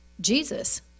Jesus